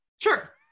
Sure